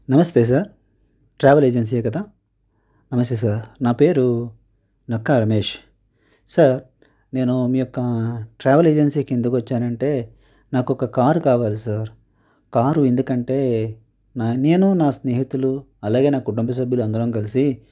నమస్తే sir travels ఏజెన్సీయే కదా నమస్తే సార్ నా పేరు నక్కా రమేష్ సార్ నేను మీ యొక్క ట్రావెల్ ఏజెన్సీకి ఎందుకు వచ్చాను అంటే నాకు ఒక కార్ కావాలి సార్ కారు ఎందుకంటే నా నేను నా స్నేహితులు అలాగే నా కుటుంబ సభ్యులు అందరం కలిసి